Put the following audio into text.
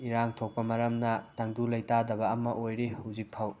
ꯏꯔꯥꯡ ꯊꯣꯛꯄ ꯃꯔꯝꯅ ꯇꯪꯗꯨ ꯂꯩꯇꯥꯗꯕ ꯑꯃ ꯑꯣꯏꯔꯤ ꯍꯧꯖꯤꯛꯐꯥꯎ